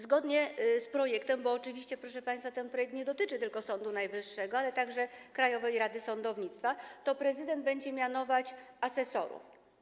Zgodnie z projektem, bo oczywiście, proszę państwa, ten projekt nie dotyczy tylko Sądu Najwyższego, ale także Krajowej Rady Sądownictwa, to prezydent będzie mianować asesorów.